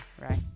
right